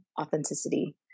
authenticity